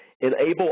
Enable